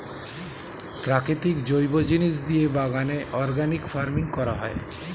প্রাকৃতিক জৈব জিনিস দিয়ে বাগানে অর্গানিক ফার্মিং করা হয়